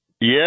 Yes